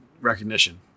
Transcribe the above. recognition